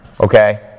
okay